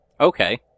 Okay